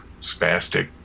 spastic